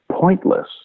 pointless